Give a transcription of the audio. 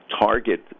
target